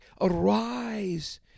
Arise